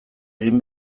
egin